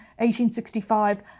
1865